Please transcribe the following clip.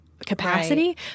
capacity